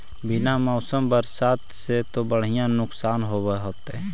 बिन मौसम बरसतबा से तो बढ़िया नुक्सान होब होतै?